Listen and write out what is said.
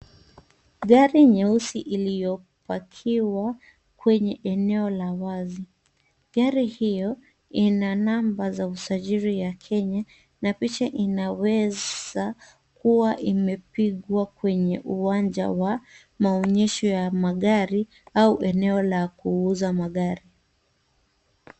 Gari nyeusi iliyopakiwa kwenye eneo la wazi. Gari hiyo ina namba za usajili ya Kenya na picha inaweza kuwa imepigwa kwenye uwanja wa maonyesho ya magari au eneo la kuuza magari.